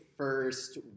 First